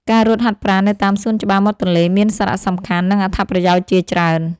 ការរត់ហាត់ប្រាណនៅតាមសួនច្បារមាត់ទន្លេ មានសារៈសំខាន់ និងអត្ថប្រយោជន៍ជាច្រើន។